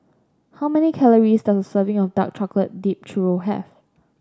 how many calories does a serving of Dark Chocolate Dipped Churro have